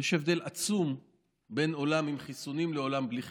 יש הבדל עצום בין עולם עם חיסונים לעולם בלי חיסונים.